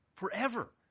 forever